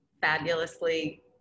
fabulously